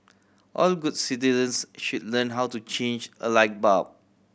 all good citizens should learn how to change a light bulb